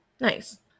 Nice